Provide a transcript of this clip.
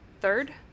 third